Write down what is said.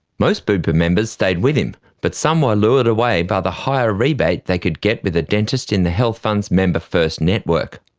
most bupa members stayed with him but some were lured away by the higher rebate they could get with a dentist in the health fund's member first network.